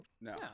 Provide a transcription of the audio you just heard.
No